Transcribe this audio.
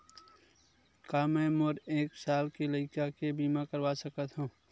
का मै मोर एक साल के लइका के बीमा करवा सकत हव?